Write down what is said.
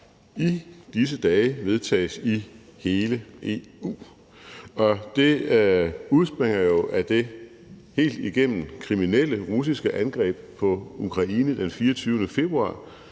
i disse dage vedtages i hele EU, og det udspringer jo af det helt igennem kriminelle russiske angreb på Ukraine den 24. februar,